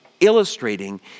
illustrating